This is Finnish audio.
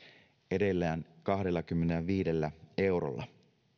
edelleen kahdellakymmenelläviidellä eurolla